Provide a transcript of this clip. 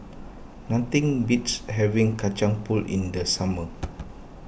nothing beats having Kacang Pool in the summer